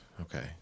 Okay